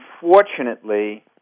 unfortunately